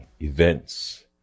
events